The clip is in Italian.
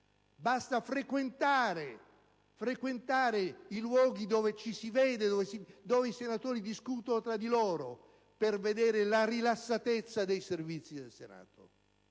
Senato, frequentare i luoghi dove ci si vede, dove i senatori discutono tra loro, per notare la rilassatezza dei servizi del Senato.